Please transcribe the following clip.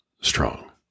strong